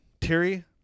Terry